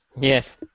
Yes